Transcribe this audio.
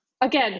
again